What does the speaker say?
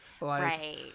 right